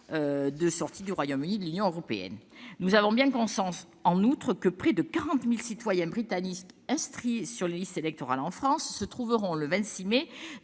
de sortie du Royaume-Uni de l'Union européenne. Nous avons bien conscience, en outre, que près de 40 000 citoyens britanniques inscrits sur les listes électorales en France se trouveront, le 26 mai,